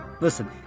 listen